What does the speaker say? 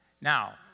now